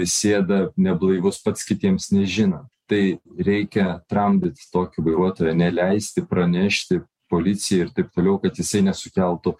sėda neblaivus pats kitiems nežinant tai reikia tramdyt tokį vairuotoją neleisti pranešti policijai ir taip toliau kad jisai nesukeltų